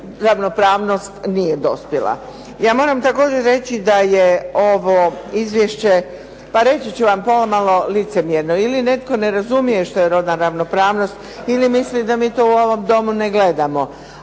ravnopravnost nije dospjela. Ja moram također reći da je ovo izvješće pa reći ću vam pomalo licemjerno. Ili netko ne razumije što je rodna ravnopravnost ili misli da mi to u ovom domu ne gledamo,